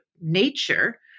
nature